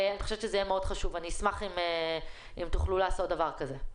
אני חושבת שזה יהיה מאוד חשוב ואני אשמח אם תוכלו לעשות דבר כזה.